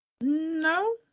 No